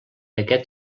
aquest